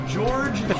George